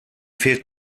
fehlt